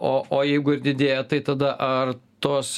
o o jeigu ir didėja tai tada ar tos